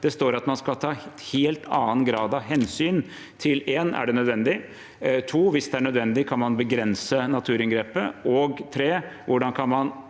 Det står at man skal ta en helt annen grad av hensyn til: 1. Er det nødvendig? 2. Hvis det er nødvendig, kan man begrense naturinngrepet? 3. Hvordan kan man